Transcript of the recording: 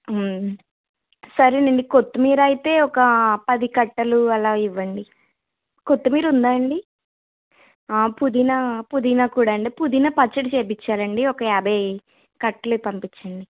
సరే అండి కొత్తిమీర అయితే ఒక పది కట్టలు అలా ఇవ్వండి కొత్తిమీర ఉందా అండి పుదీనా పుదీనా కూడా అండి పుదీనా పచ్చడి చేయించాలి అండి ఒక యాభై కట్టలు పంపించండి